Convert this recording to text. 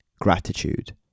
Gratitude